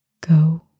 Go